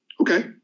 Okay